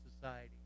Society